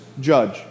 judge